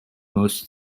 most